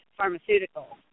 pharmaceuticals